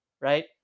right